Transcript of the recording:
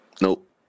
Nope